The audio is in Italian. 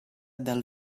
dal